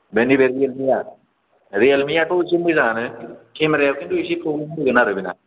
बेनि बे रियेलमिआ रियेलमिआथ' एसे मोजांआनो केमेराया खिन्थु एसे प्रब्लेम होगोन आरो बेना